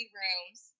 rooms